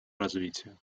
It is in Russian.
развития